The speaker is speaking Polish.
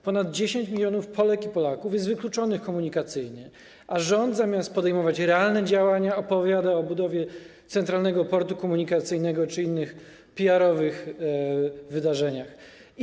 Ponad 10 mln Polek i Polaków jest wykluczonych komunikacyjnie, a rząd zamiast podejmować realne działania, opowiada o budowie Centralnego Portu Komunikacyjnego czy innych wydarzeniach PR-owych.